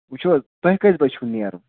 وُچھِو حظ تۄہہِ کَژہِ بَجہِ چھُو نیرُن